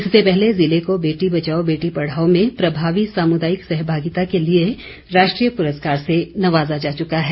इससे पहले ज़िले को बेटी बचाओ बेटी पढ़ाओ में प्रभावी सामुदायिक सहभागिता के लिए राष्ट्रीय पुरस्कार से नवाजा जा चुका है